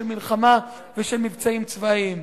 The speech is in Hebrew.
של מלחמה ושל מבצעים צבאיים.